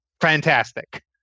fantastic